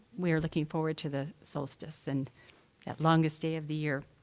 we are looking forward to the solstice and that longest day of the year.